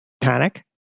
Panic